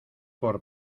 por